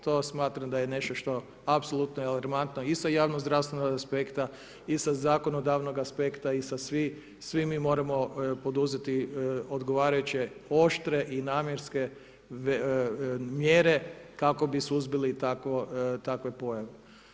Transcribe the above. To smatram da je nešto što apsolutno je alarmantno i sa zdravstvenog aspekta i sa zakonodavnog aspekta i svi mi moramo poduzeti odgovarajuće oštre i namjerske mjere kako bi suzbili takve pojave.